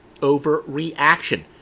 overreaction